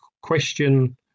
question